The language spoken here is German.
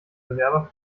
bewerber